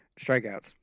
Strikeouts